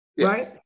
right